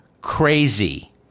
crazy